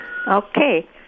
Okay